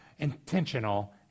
intentional